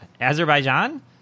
Azerbaijan